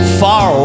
far